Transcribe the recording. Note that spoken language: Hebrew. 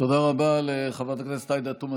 תודה רבה לחברת הכנסת עאידה תומא